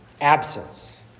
absence